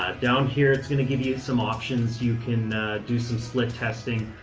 down here it's going to give you some options. you can do some split testing.